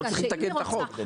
לא צריך לתקף את החוק.